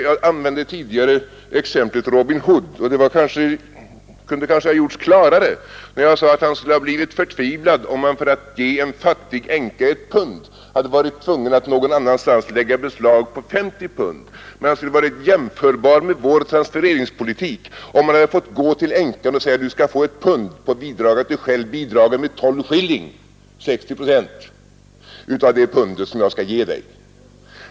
Jag nämnde tidigare som exempel Robin Hood och det kunde kanske ha gjorts klarare. Jag sade att han skulle ha blivit förtvivlad om han för att ge en fattig änka ett pund hade varit tvungen att någon annanstans lägga beslag på 50 pund, men han skulle ha varit jämförbar med vår transfereringspolitik om han hade fått gå till änkan och säga: Du skall få ett pund på villkor att du själv bidrar med 60 pence, dvs. 60 procent av det pund som jag skall ge dig.